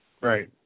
Right